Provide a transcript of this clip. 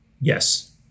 Yes